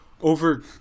over